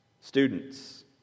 students